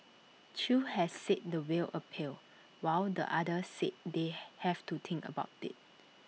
chew has said the will appeal while the other said they have to think about IT